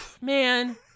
Man